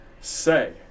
say